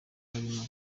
barimo